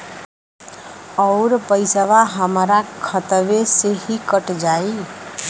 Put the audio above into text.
अउर पइसवा हमरा खतवे से ही कट जाई?